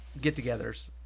get-togethers